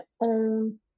own